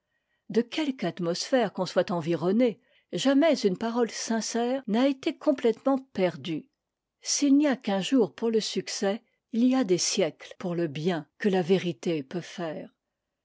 de quelque atmosphère qu'on soit environné jamais une parole sincère n'a été complétement perdue s'il n'y a qu'un jour pour le succès il y a des siècles pour le bien que la vérité peut faire